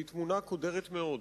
היא תמונה קודרת מאוד.